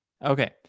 Okay